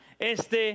este